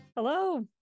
Hello